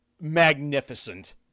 magnificent